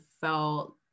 felt